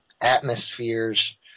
atmospheres